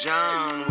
John